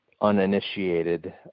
uninitiated